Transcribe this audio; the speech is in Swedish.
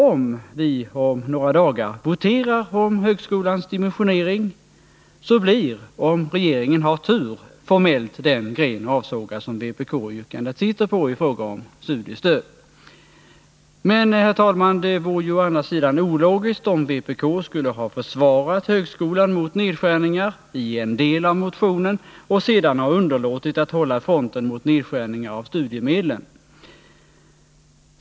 Om vi om några dagar voterar om högskolans dimensionering, så blir — om regeringen har tur — formellt den gren avsågad som vpk-yrkandet sitter på i fråga om studiestöd. Det vore å andra sidan ologiskt om vpk skulle ha försvarat högskolan mot nedskärningar i en del av motionen och sedan ha underlåtit att hålla fronten mot nedskärningar av studiemedlen.